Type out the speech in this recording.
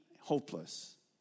hopeless